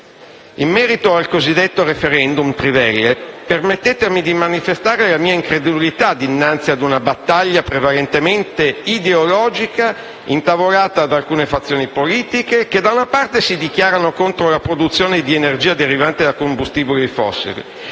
In merito al cosiddetto *referendum* sulle trivelle, permettetemi di manifestare la mia incredulità dinanzi ad una battaglia prevalentemente ideologica intavolata da alcune fazioni politiche che, da una parte, si dichiarano contro la produzione di energia derivante da combustibili fossili,